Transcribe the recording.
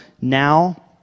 now